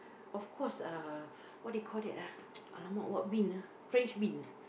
of course uh what do you call that ah !alamak! what bean ah french bean ah